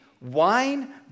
wine